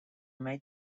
may